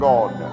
God